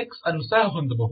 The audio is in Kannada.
ux ಅನ್ನು ಸಹ ಹೊಂದಬಹುದು